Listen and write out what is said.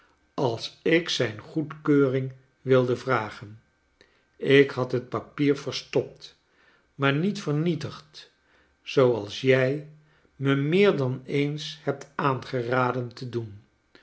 als ik zijn goedkeuring wilde vragen ik had het papier verstopt maar niet vernietigd zooals jij me meer dan eens hebt aangeraden te doen